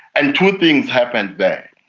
and two things happened there.